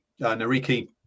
Nariki